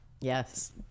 Yes